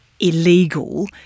illegal